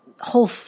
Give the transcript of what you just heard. whole